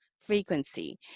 frequency